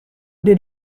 did